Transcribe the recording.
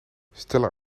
stella